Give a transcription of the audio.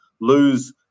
lose